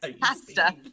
pasta